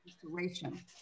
situation